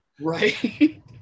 right